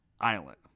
Island